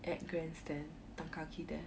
at grandstand tan kah kee there